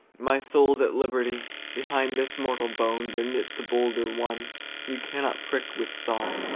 my soul's at liberty behind this mortal bone there knits a bolder one you cannot prick with saw,